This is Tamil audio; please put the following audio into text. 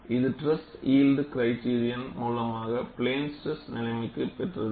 இது ட்ரெஸ்கா யியல்ட் கிரைடிரியன் மூலமாகப் பிளேன் ஸ்ட்ரெஸ் நிலைமைக்கு பெற்றது